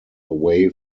away